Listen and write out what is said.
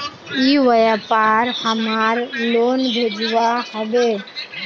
ई व्यापार हमार लोन भेजुआ हभे?